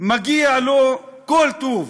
מגיע לו כל טוב.